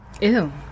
ew